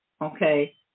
okay